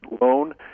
loan